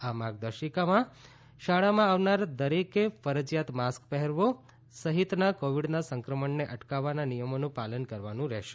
આ માર્ગદર્શીકામાં શાળામાં આવનાર દરેકે ફરજીયાત માસ્ક પહેરવો સહિતના કોવીડના સંક્રમણને અટકાવવાના નિયમોનું પાલન કરવાનું રહેશે